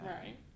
Right